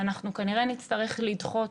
אנחנו כנראה נצטרך לדחות